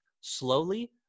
slowly